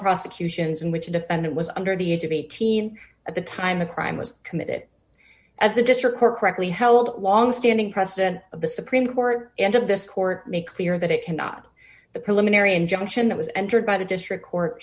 prosecutions in which the defendant was under the age of eighteen at the time the crime was committed as the district court correctly held longstanding president of the supreme court and of this court make clear that it cannot the preliminary injunction that was entered by the district court